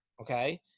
Okay